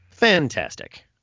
Fantastic